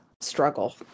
struggle